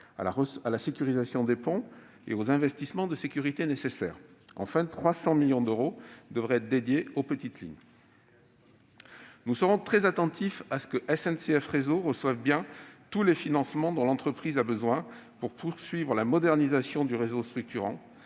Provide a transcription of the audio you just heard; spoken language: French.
à la sécurisation des ponts et aux investissements de sécurité nécessaires, et, enfin, 300 millions d'euros devraient être dédiés aux petites lignes. Nous serons très attentifs à ce que SNCF Réseau reçoive bien tous les financements dont l'entreprise a besoin pour poursuivre la modernisation de son réseau structurant.